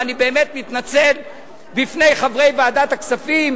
ואני באמת מתנצל בפני חברי ועדת הכספים